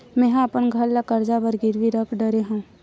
मेहा अपन घर ला कर्जा बर गिरवी रख डरे हव